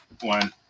one